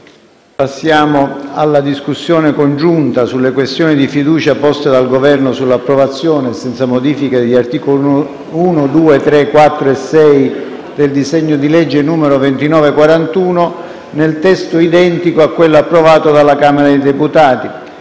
aperta la discussione congiunta sulle questioni di fiducia poste dal Governo sull'approvazione, senza modifiche, degli articoli 1, 2, 3, 4 e 6 del disegno di legge n. 2941, nel testo identico a quello approvato dalla Camera dei deputati.